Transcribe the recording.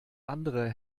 andere